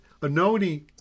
Anoni